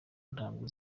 ntabwo